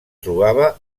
trobava